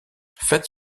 fête